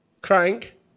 Crank